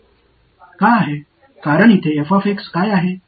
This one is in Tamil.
ஏனென்றால் இங்கே இருக்கும் என்ன